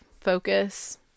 focus